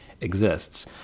exists